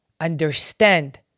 Understand